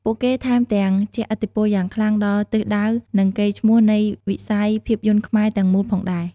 ពួកគេថែមទាំងជះឥទ្ធិពលយ៉ាងខ្លាំងដល់ ទិសដៅ និងកេរ្តិ៍ឈ្មោះនៃវិស័យភាពយន្តខ្មែរទាំងមូល ផងដែរ។